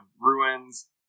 ruins